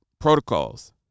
protocols